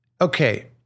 Okay